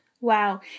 Wow